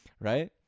Right